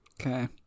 Okay